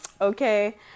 Okay